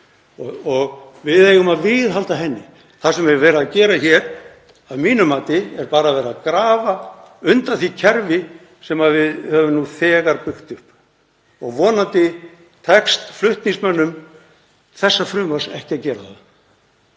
og við eigum að viðhalda henni. Það sem verið er að gera hér að mínu mati er að grafa undan því kerfi sem við höfum nú þegar byggt upp. Vonandi tekst flutningsmönnum þessa frumvarps ekki að gera það.